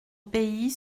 pays